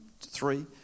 three